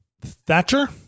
Thatcher